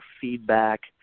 feedback